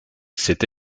cette